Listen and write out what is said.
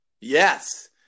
yes